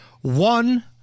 one